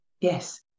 Yes